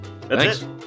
Thanks